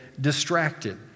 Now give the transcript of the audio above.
distracted